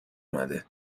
اومده